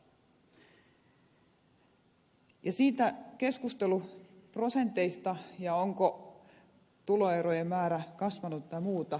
keskustelu prosenteista ja siitä onko tuloerojen määrä kasvanut tai muuta